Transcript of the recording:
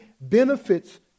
benefits